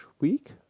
week